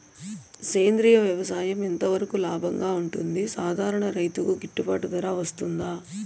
సేంద్రియ వ్యవసాయం ఎంత వరకు లాభంగా ఉంటుంది, సాధారణ రైతుకు గిట్టుబాటు ధర వస్తుందా?